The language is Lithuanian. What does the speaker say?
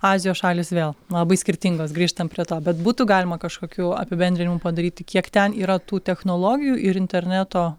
azijos šalys vėl labai skirtingos grįžtam prie to bet būtų galima kažkokių apibendrinimų padaryti kiek ten yra tų technologijų ir interneto